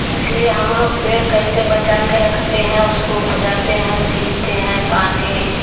इसलिए हम लोग पेड़ कैसे बचा के रखते हैं उसको खुजाते हैं सींचते हैं पानी